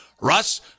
Russ